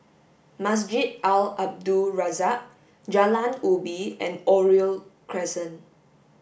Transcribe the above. Masjid Al Abdul Razak Jalan Ubi and Oriole Crescent